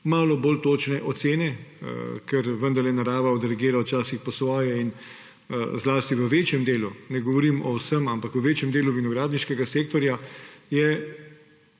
malo bolj točne ocene, ker vendarle narava odreagira včasih po svoje. Zlasti v večjem delu, ne govorim o vsem, ampak v večjem delu vinogradniškega sektorja je,